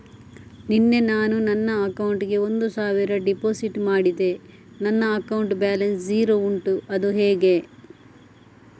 ನಿನ್ನೆ ನಾನು ನನ್ನ ಅಕೌಂಟಿಗೆ ಒಂದು ಸಾವಿರ ಡೆಪೋಸಿಟ್ ಮಾಡಿದೆ ನನ್ನ ಅಕೌಂಟ್ ಬ್ಯಾಲೆನ್ಸ್ ಝೀರೋ ಉಂಟು ಅದು ಹೇಗೆ?